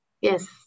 Yes